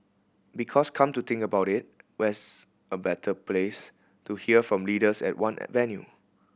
because come to think about it where's a better place to hear from leaders at one venue